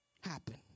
happen